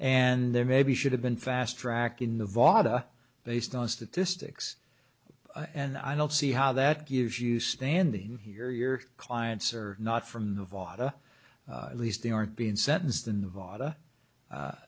and there maybe should have been fast track in the vada based on statistics and i don't see how that gives you standing here your clients are not from nevada at least they aren't being sentenced in the vata